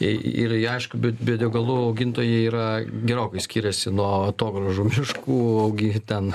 į ili aišku bio bio degalų augintojai yra gerokai skiriasi nuo atogrąžų miškų ogi ten